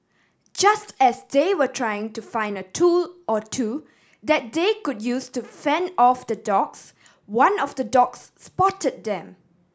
just as they were trying to find a tool or two that they could use to fend off the dogs one of the dogs spot them